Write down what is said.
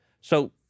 So-